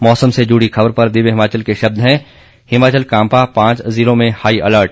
मौसम से जुड़ी खबर पर दिव्य हिमाचल के शब्द हैं हिमाचल कांपा पांच जिलों में हाई अलर्ट